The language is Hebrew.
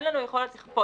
אין לנו יכולת לכפות.